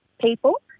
people